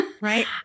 Right